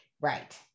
right